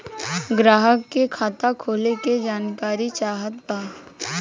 ग्राहक के खाता खोले के जानकारी चाहत बा?